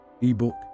ebook